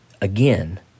again